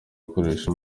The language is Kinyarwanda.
gukoresha